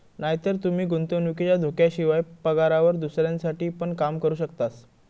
नायतर तूमी गुंतवणुकीच्या धोक्याशिवाय, पगारावर दुसऱ्यांसाठी पण काम करू शकतास